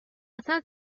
اصلا